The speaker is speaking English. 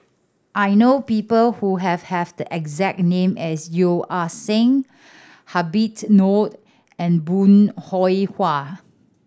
I know people who have have the exact name as Yeo Ah Seng Habit Noh and Bong Hiong Hwa